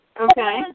Okay